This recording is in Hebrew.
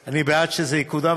אני בעד שזה יקודם,